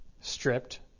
stripped